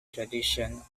tradition